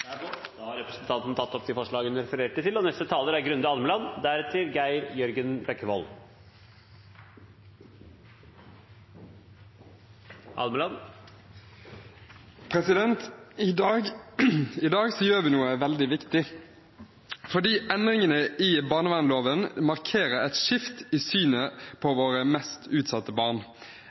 tatt opp de forslagene hun refererte til. I dag gjør vi noe veldig viktig – endringene i barnevernsloven markerer et skifte i synet på våre mest utsatte barn.